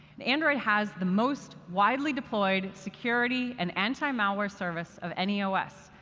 and android has the most widely deployed security and anti-malware service of any os,